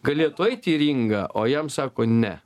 galėtų eiti į ringą o jam sako ne